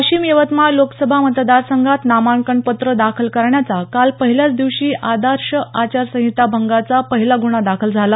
वाशीम यवतमाळ लोकसभा मतदारसंघात नामांकनपत्र दाखल करण्याच्या काल पहिल्याच दिवशी आदर्श आचारसंहिता भंगाचा पहिला गुन्हा दाखल झाला